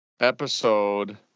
episode